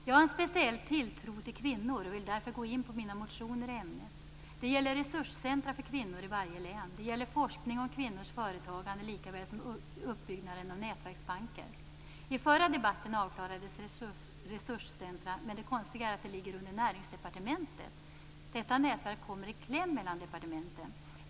Jag har en speciell tilltro till kvinnor och vill därför gå in på mina motioner i ämnet Det gäller resurscentra för kvinnor i varje län, det gäller forskning om kvinnors företagande likaväl som uppbyggnaden av nätverksbanker. I förra debatten avklarades resurscentra, men det konstiga är att det ligger under Näringsdepartementet. Detta nätverk kommer i kläm mellan departementen.